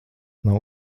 nav